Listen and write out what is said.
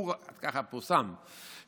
ככה פורסם,